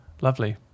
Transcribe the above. Lovely